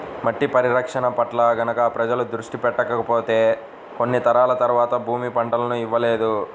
మట్టి పరిరక్షణ పట్ల గనక ప్రజలు దృష్టి పెట్టకపోతే కొన్ని తరాల తర్వాత భూమి పంటలను ఇవ్వలేదు